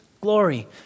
glory